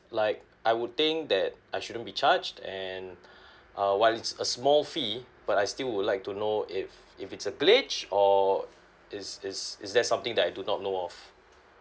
like I would think that I shouldn't be charged and uh once a small fee but I still would like to know if if it's a glitch or is is is there something that I do not know of